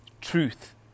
truth